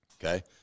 Okay